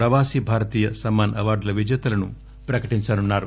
ప్రవాసీ భారతీయ సమ్మాన్ అవార్డుల విజేతలను ప్రకటించనున్నారు